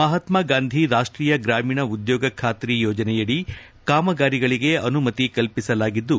ಮಹಾತ್ನ ಗಾಂಧಿ ರಾಷ್ಟೀಯ ಗ್ರಾಮೀಣ ಉದ್ಯೋಗ ಬಾತ್ರಿ ಯೋಜನೆಯಡಿ ಕಾಮಗಾರಿಗಳಿಗೆ ಅನುಮತಿ ಕಲ್ಪಿಸಲಾಗಿದ್ದು